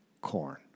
corn